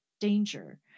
danger